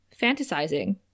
fantasizing